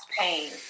pain